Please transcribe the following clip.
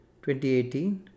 2018